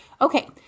okay